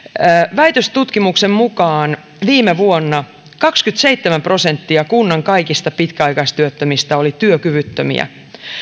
väitöstutkimuksen mukaan viime vuonna kaksikymmentäseitsemän prosenttia kunnan kaikista pitkäaikaistyöttömistä oli työkyvyttömiä